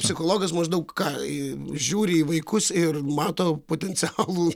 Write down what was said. psichologas maždaug ką žiūri į vaikus ir mato potencialų